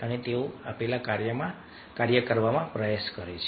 અને તેઓ આપેલ કાર્ય કરવા પ્રયાસ કરે છે